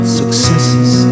successes